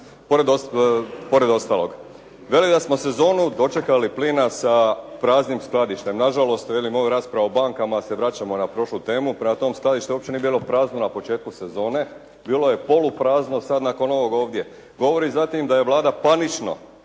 pored ostalog. Veli da smo sezonu dočekali plina sa praznim skladištem. Nažalost, velim ova je rasprava o bankama, ali se vraćamo na prošlu temu. Prema tome, skladište uopće nije bilo prazno na početku sezone. Bilo je poluprazno sad nakon ovog ovdje. Govori zatim da je Vlada panično